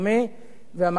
והמאבק הזה יימשך.